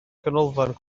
ganolfan